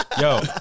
Yo